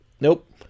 Nope